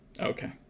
Okay